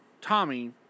Tommy